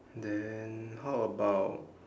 then how about